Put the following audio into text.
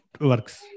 works